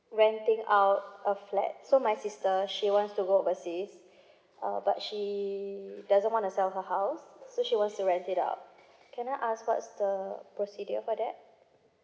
renting uh a flat so my sister she wants to go overseas uh but she doesn't want to sell her house so she was uh rent it out can I ask what's the procedure for that